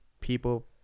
people